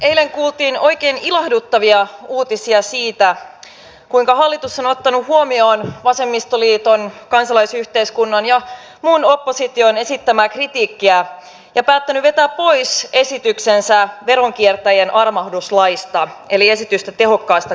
eilen kuultiin oikein ilahduttavia uutisia siitä kuinka hallitus on ottanut huomioon vasemmistoliiton kansalaisyhteiskunnan ja muun opposition esittämää kritiikkiä ja päättänyt vetää pois esityksensä veronkiertäjien armahduslaista eli esityksen tehokkaasta katumisesta